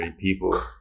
people